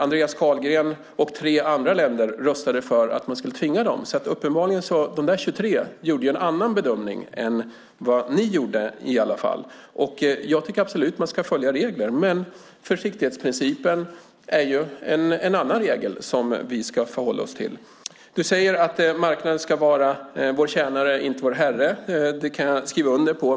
Andreas Carlgren och tre andra länder röstade för att ni skulle tvinga dem. Uppenbarligen gjorde alltså övriga 23 en annan bedömning än vad ni gjorde i alla fall. Jag tycker absolut att man ska följa regler, men försiktighetsprincipen är ju en annan regel som vi ska förhålla oss till. Andreas Carlgren, du säger att marknaden ska vara vår tjänare, inte vår herre. Det kan jag skriva under på.